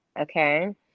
okay